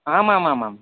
आमामामाम्